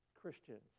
Christians